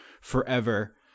forever